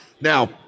Now